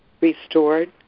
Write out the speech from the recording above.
restored